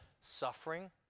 suffering